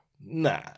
Nah